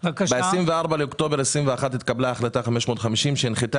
ב-24 באוקטובר 2021 התקבלה החלטה 550 שהנחתה